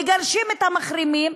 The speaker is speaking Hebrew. מגרשים את המחרימים,